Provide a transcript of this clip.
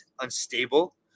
unstable